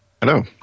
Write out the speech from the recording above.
Hello